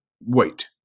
Wait